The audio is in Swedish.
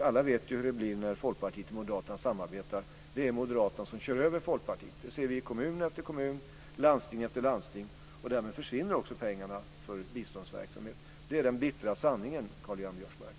Alla vet hur det blir när Folkpartiet och Moderaterna samarbetar: Moderaterna kör över Folkpartiet. Det ser vi i kommun efter kommun, landsting efter landsting. Därmed försvinner pengarna för biståndsverksamhet. Det är den bittra sanningen, Karl-Göran